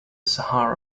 sahara